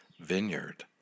vineyard